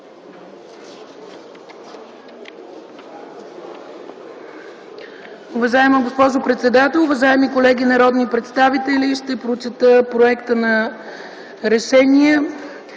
Уважаема госпожо председател, уважаеми колеги народни представители, ще прочета проекта на „РЕШЕНИЕ